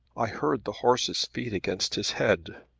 i heard the horse's feet against his head.